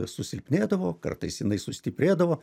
susilpnėdavo kartais jinai sustiprėdavo